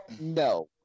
no